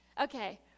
Okay